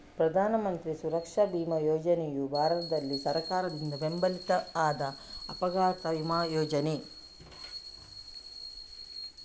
ಪ್ರಧಾನ ಮಂತ್ರಿ ಸುರಕ್ಷಾ ಬಿಮಾ ಯೋಜನೆಯು ಭಾರತದಲ್ಲಿ ಸರ್ಕಾರದಿಂದ ಬೆಂಬಲಿತ ಆದ ಅಪಘಾತ ವಿಮಾ ಯೋಜನೆ